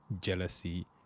jealousy